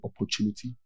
opportunity